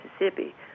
Mississippi